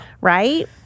right